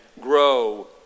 grow